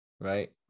right